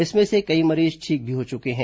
इसमें से कई मरीज ठीक भी हो चुके हैं